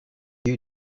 you